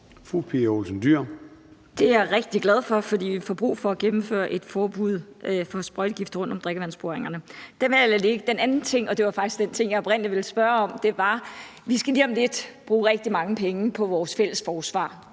Det er jeg rigtig glad for, for vi får brug for at gennemføre et forbud mod sprøjtegifte rundt om drikkevandsboringerne. Det lader jeg ligge. Den anden ting – og det var faktisk den ting, jeg oprindelig ville spørge om – var det, at vi lige om lidt skal bruge rigtig mange penge på vores fælles forsvar.